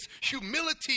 humility